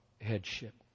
headship